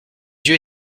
yeux